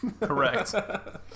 Correct